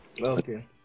okay